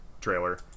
trailer